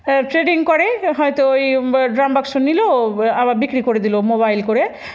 trading করে হয়তো ওই ড্রাম বাক্স নিল আবার বিক্রি করে দিলো মোবাইল করে